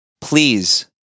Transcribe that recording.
Please